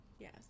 Yes